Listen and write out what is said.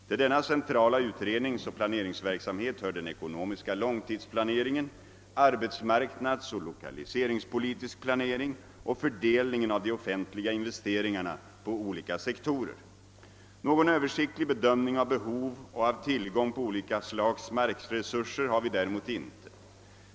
Till denna centrala utredningsoch planeringsverksamhet hör den ekonomiska långtidsplaneringen, arbetsmarknadsoch lokaliseringspolitisk planering och fördelningen av de offentliga investeringarna på olika sektorer. Någon översiktlig bedömning av behov och av tillgång på olika slags markresurser har vi däremot inte.